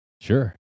Sure